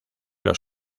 los